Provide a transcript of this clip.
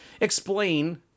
explain